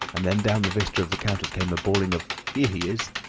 and then down the vista of the counters came a bawling of here he is